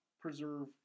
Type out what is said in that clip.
preserve